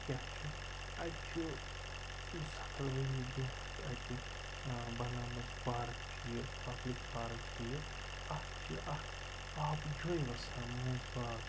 کیٛاہ چھُ اَتہِ چھُ سَتھ ہتھ ؤری برۄنٛٹھ چھُ اَتہِ بَنٲومٕژ پارَک چھِ یہِ پَبلِک پارَک چھِ یہِ اَتھ چھِ اَکھ آبہٕ جویہِ وَسان مٔنٛزۍ باغ